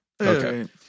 Okay